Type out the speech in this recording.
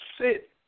sit